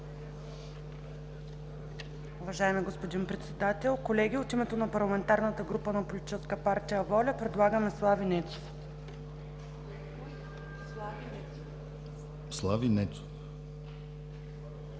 Уважаеми, господин Председател, колеги! От името на парламентарната група на Политическа партия „Воля“ предлагаме Слави Нецов. ПРЕДСЕДАТЕЛ